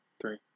three